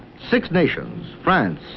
six nations. france,